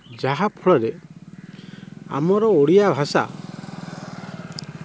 ଯାହାଫଳରେ ଆମର ଓଡ଼ିଆଭାଷା